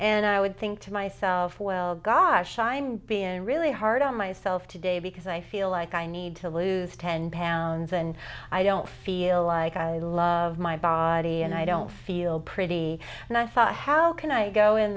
and i would think to myself well gosh i'm being really hard on myself today because i feel like i need to lose ten pounds and i don't feel like i love my body and i don't feel pretty and i thought how can i go in